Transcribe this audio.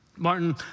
Martin